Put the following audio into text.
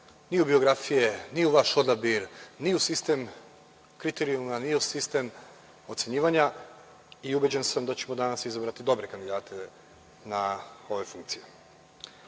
ni u biografije, ni u vaš odabir, ni u sistem kriterijuma, ni u sistem ocenjivanja. Ubeđen sam da ćemo danas izabrati dobre kandidate na ove funkcije,